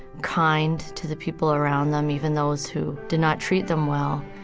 kind to the people around them, even those who did not treat them well.